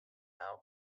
now